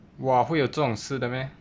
!wah! 会有这种事的 meh